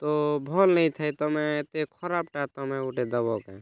ତ ଭଲ୍ ନାଇ ଥେ ତମେ ଏତେ ଖରାପଟା ତମେ ଗୋଟେ ଦବ କାଏଁ